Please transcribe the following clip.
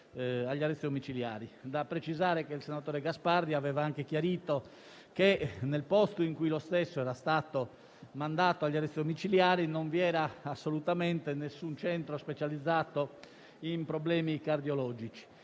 da precisare che il senatore Gasparri aveva anche chiarito che nel posto in cui lo stesso era stato mandato agli arresti domiciliari non vi era assolutamente alcun centro specializzato in problemi cardiologici.